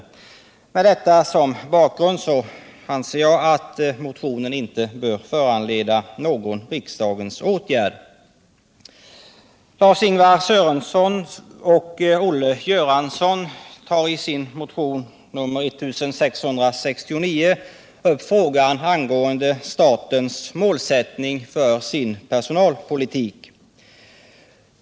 Mot denna bakgrund anser utskottet att motionen inte bör föranleda någon riksdagens åtgärd. Lars-Ingvar Sörenson och Olle Göransson tar i sin motion 1669 upp frågan om målsättningen för statens personalpolitik.